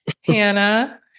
Hannah